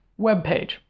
webpage